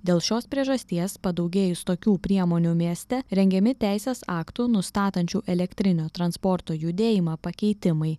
dėl šios priežasties padaugėjus tokių priemonių mieste rengiami teisės aktų nustatančių elektrinio transporto judėjimą pakeitimai